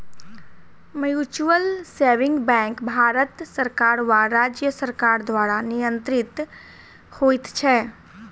mutual saving bank Bharat सरकार वा राज्य सरकार द्वारा नियंत्रित होइत छै